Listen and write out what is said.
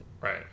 right